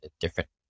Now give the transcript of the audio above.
different